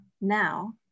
Now